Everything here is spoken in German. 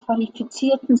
qualifizierten